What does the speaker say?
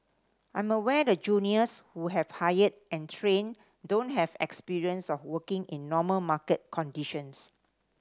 I'm aware the juniors who we have hired and trained don't have experience of working in normal market conditions